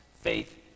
Faith